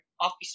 office